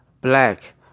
black